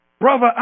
brother